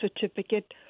certificate